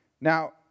Now